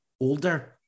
older